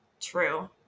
True